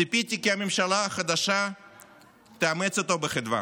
ציפיתי כי הממשלה החדשה תאמץ אותו בחדווה.